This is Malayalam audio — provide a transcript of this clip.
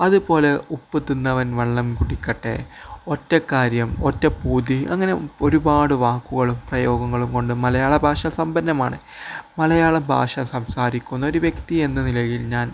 അതുപോലെ ഉപ്പ് തിന്നവൻ വെള്ളം കുടിക്കട്ടെ ഒറ്റക്കാര്യം ഒറ്റപ്പൂതി അങ്ങനെ ഒരുപാട് വാക്കുകളും പ്രയോഗങ്ങളും കൊണ്ട് മലയാളഭാഷ സമ്പന്നമാണ് മലയാളഭാഷ സംസാരിക്കുന്ന ഒരു വ്യക്തിയെന്ന നിലയിൽ ഞാൻ